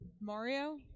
Mario